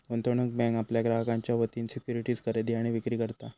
गुंतवणूक बँक आपल्या ग्राहकांच्या वतीन सिक्युरिटीज खरेदी आणि विक्री करता